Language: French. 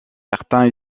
certains